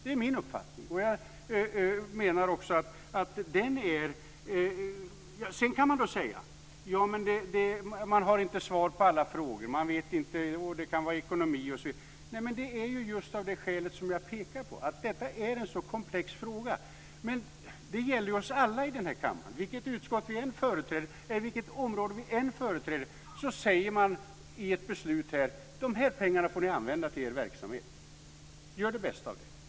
Det är min uppfattning. Sedan kan man då säga att man inte har svar på alla frågor - det kan handla om ekonomi osv. - men det är just av det skäl som jag pekar på, nämligen att detta är en så komplex fråga. Det gäller oss alla i den här kammaren. Vilket utskott vi än företräder, vilket område vi än företräder säger man i ett beslut: De här pengarna får ni använda till er verksamhet. Gör det bästa av det.